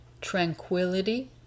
tranquility